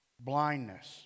blindness